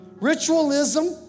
Ritualism